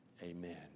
amen